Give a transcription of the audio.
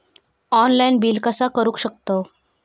Online bill कसा करु शकतव?